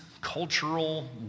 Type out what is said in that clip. cultural